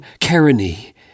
Carini